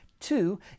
Two